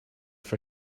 for